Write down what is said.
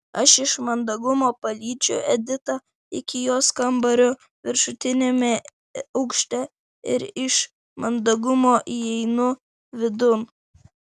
aš iš mandagumo palydžiu editą iki jos kambario viršutiniame aukšte ir iš mandagumo įeinu vidun